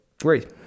great